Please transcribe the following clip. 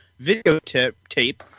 videotape